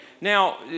Now